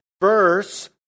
verse